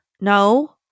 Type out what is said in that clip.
No